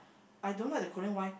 I don't like the Korean why